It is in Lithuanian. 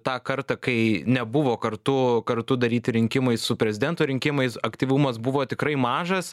tą kartą kai nebuvo kartu kartu daryti rinkimai su prezidento rinkimais aktyvumas buvo tikrai mažas